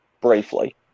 briefly